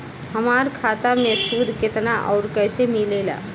हमार खाता मे सूद केतना आउर कैसे मिलेला?